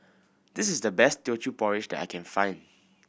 this is the best Teochew Porridge that I can find